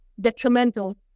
detrimental